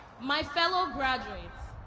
my fellow graduates,